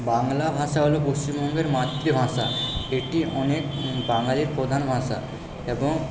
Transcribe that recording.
বাংলা ভাষা হলো পশ্চিমবঙ্গের মাতৃভাষা এটি অনেক বাঙালির প্রধান ভাষা এবং